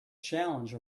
challenge